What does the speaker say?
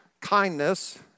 kindness